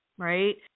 Right